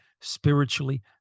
spiritually